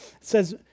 says